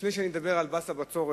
לפני שאדבר על מס הבצורת,